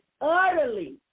utterly